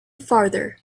farther